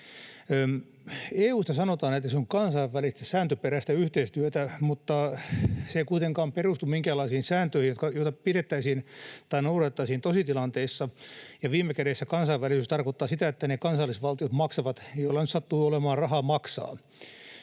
EU:sta sanotaan, että se on kansainvälistä sääntöperäistä yhteistyötä, mutta se ei kuitenkaan perustu minkäänlaisiin sääntöihin, joita pidettäisiin tai noudatettaisiin tositilanteissa. Viime kädessä kansainvälisyys tarkoittaa sitä, että ne kansallisvaltiot maksavat, joilla nyt sattuu olemaan rahaa maksaa.